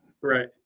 right